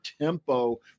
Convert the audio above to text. tempo